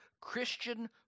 Christian